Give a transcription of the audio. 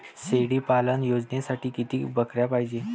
शेळी पालन योजनेसाठी किती बकऱ्या पायजे?